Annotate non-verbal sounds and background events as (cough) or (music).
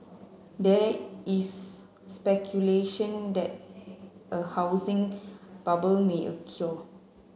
there is speculation that a housing bubble may (unintelligible)